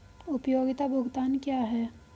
उपयोगिता भुगतान क्या हैं?